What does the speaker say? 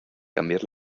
cambiar